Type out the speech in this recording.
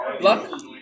Luck